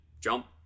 jump